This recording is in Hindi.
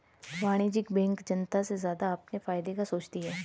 वाणिज्यिक बैंक जनता से ज्यादा अपने फायदे का सोचती है